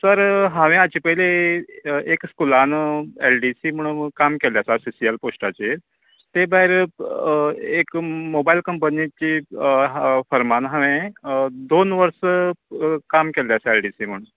sir हांवें हाज पयली एक स्कूलान एल डी सी म्हणू काम केल्ले आसा सी सी एल पोस्टाचेर ते भायर एक मोबाईल कंपनीचे फरम्हान हांवें दोन वर्सा काम केल्ले आसा एल डी सी म्हण